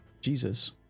Jesus